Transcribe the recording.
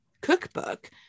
cookbook